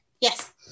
Yes